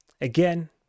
again